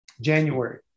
January